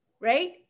right